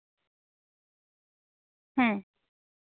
ᱦᱮᱸ